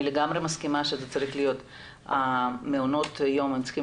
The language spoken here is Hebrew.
אני לגמרי מסכימה שמעונות היום צריכים